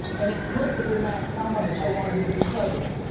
and it perfectly matched how much i want him to be president.